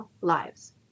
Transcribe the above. lives